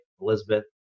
Elizabeth